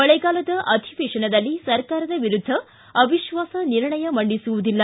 ಮಳೆಗಾಲದ ಅಧಿವೇಶನದಲ್ಲಿ ಸರ್ಕಾರದ ವಿರುದ್ದ ಅವಿತ್ವಾಸ ನಿರ್ಣಯ ಮಂಡಿಸುವಿದಿಲ್ಲ